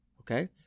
Okay